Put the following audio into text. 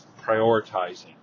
prioritizing